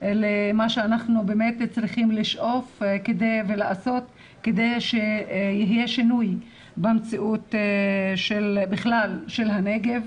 למה שאנחנו צריכים לשאוף ולעשות כדי שיהיה שינוי במציאות בכלל של הנגב,